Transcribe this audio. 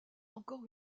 encore